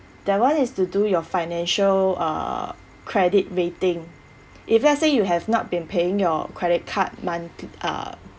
that one is to do your financial uh credit rating if let's say you have not been paying your credit card month uh